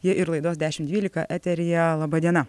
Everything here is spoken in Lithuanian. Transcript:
ji ir laidos dešim dvylika eteryje laba diena